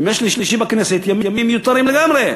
ימי שלישי בכנסת הם ימים מיותרים לגמרי,